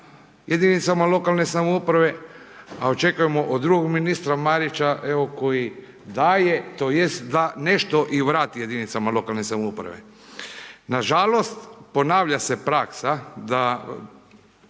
jedinicama lokalne samouprave, a očekujemo od drugom ministra Marića, evo koji daje tj. da nešto i vrati jedinicama lokalne samouprave. Nažalost ponavlja se praksa da